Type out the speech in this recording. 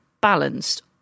balanced